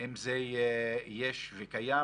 אם קיים,